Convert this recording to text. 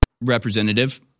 representative